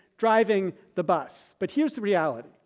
driving the bus. but here is the reality,